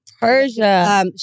Persia